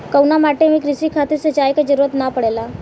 कउना माटी में क़ृषि खातिर सिंचाई क जरूरत ना पड़ेला?